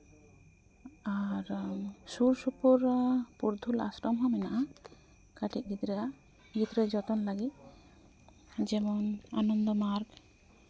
ᱟᱨ ᱥᱩᱨ ᱥᱩᱯᱩᱨ ᱯᱩᱨᱩᱫᱷᱩᱞ ᱟᱥᱨᱚᱢ ᱦᱚᱸ ᱢᱮᱱᱟᱜᱼᱟ ᱠᱟᱹᱴᱤᱡ ᱜᱤᱫᱽᱨᱟᱹ ᱟᱜ ᱜᱤᱫᱽᱨᱟᱹ ᱡᱚᱛᱚᱱ ᱞᱟᱹᱜᱤᱫ ᱡᱮᱢᱚᱱ ᱟᱱᱚᱱᱫᱚ ᱢᱟᱨᱠ